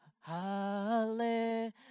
Hallelujah